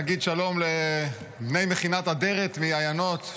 נגיד שלום לבני מכינת אדרת מעיינות,